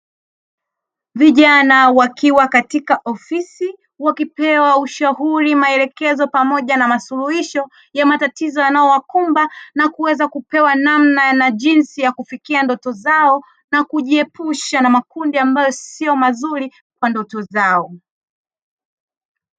Vijana wakiwa katika ofisi, wakipewa ushauri maelekezo pamoja na masuluhisho ya matatizo yanayowakumba, na kuweza kupewa namna na jinsi ya kufikia ndoto zao, na kujiepusha na makundi ambayo yasiyo mazuri kwa ndoto zao.